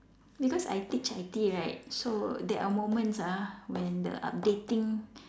because I teach I_T right so there are moments ah when the updating